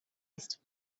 ist